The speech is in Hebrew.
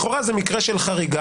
לכאורה זה מקרה של חריגה